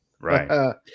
Right